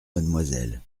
mademoiselle